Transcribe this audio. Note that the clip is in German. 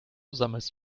sammelst